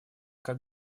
как